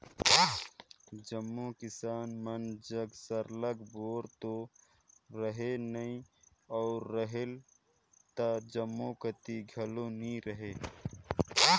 जम्मो किसान मन जग सरलग बोर तो रहें नई अउ रहेल त जम्मो कती घलो नी रहे